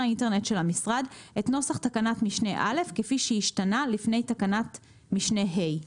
האינטרנט של המשרד את נוסח תקנת משנה (א) כפי שהשתנתה לפי תקנת משנה (ה).